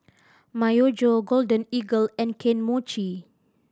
Myojo Golden Eagle and Kane Mochi